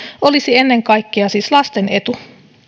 olisi ennen kaikkea siis lasten etu